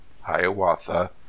Hiawatha